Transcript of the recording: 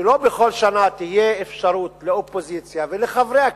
שלא בכל שנה תהיה אפשרות לאופוזיציה ולחברי הכנסת,